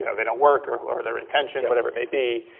yeah they don't work, or or their intention, whatever it may be.